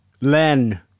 Len